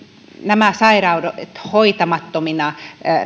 nämä sairaudet hoitamattomina